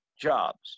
jobs